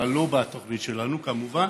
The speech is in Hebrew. אבל לא בתוכנית שלנו, כמובן,